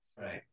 Right